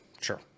Sure